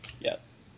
Yes